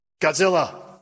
Godzilla